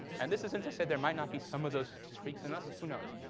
and this isn't to say there might not be some of those streaks in us. who knows.